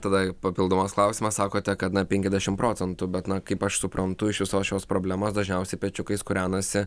tada papildomas klausimas sakote kad na penkiasdešim procentų bet na kaip aš suprantu iš visos šios problemos dažniausiai pečiukais kūrenasi